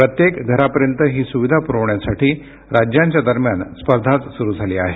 प्रत्येक घरापर्यंत ही सुविधा पुरवण्यासाठी राज्यांच्या दरम्यान स्पर्धाच सुरू झाली आहे